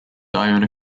iona